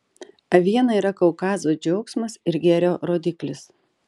aviena yra kaukazo džiaugsmas ir gėrio rodiklis